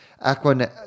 aqua